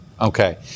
Okay